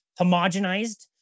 homogenized